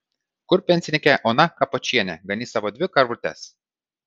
kur pensininkė ona kapočienė ganys savo dvi karvutes